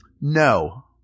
No